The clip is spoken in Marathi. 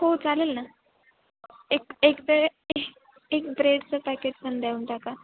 हो चालेल ना एक एक ब्रेड एक एक ब्रेडचं पॅकेट पण देऊन टका